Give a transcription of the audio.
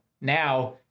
now